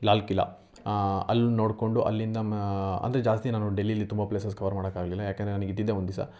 ಲಾಲ್ಖಿಲಾ ಅಲ್ಲಿ ನೋಡಿಕೊಂಡು ಅಲ್ಲಿಂದ ಮ ಅಂದರೆ ಜಾಸ್ತಿ ದಿನ ನಾನು ಡೆಲ್ಲೀಲಿ ತುಂಬ ಪ್ಲೇಸಸ್ ಕವರ್ ಮಾಡಕ್ಕೆ ಆಗಲಿಲ್ಲ ಯಾಕೆಂದರೆ ನನಗೆ ಇದ್ದಿದ್ದೇ ಒಂದು ದಿವ್ಸ